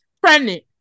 Pregnant